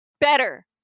better